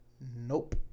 nope